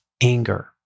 anger